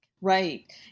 Right